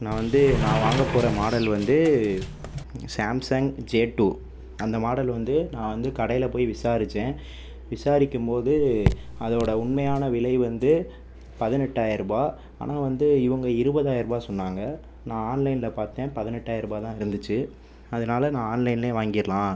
நான் வந்து நான் வாங்கப் போகிற மாடல் வந்து சாம்சங் ஜே டூ அந்த மாடல் வந்து நான் வந்து கடையில் போய் விசாரித்தேன் விசாரிக்கும் போது அதோட உண்மையான விலை வந்து பதினெட்டாயிரம் ரூபாய் ஆனால் வந்து இவங்க இருபதாயிரம் ரூபாய் சொன்னாங்க நான் ஆன்லைனில் பார்த்தேன் பதினெட்டாயிரம் ரூபாய் தான் இருந்தச்சு அதனால் நான் ஆன்லைனிலே வாங்கிடலாம்